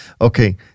Okay